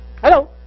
Hello